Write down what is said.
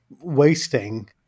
wasting